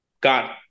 got –